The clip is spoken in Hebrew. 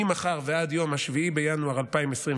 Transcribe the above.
ממחר ועד 7 בינואר 2024,